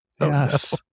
yes